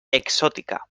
exótica